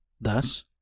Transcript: thus